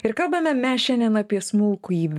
ir kalbame mes šiandien apie smulkųjį